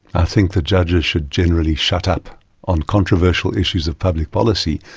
i think that judges should generally shut up on controversial issues of public policy.